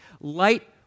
Light